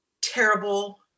terrible